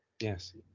yes